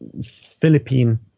Philippine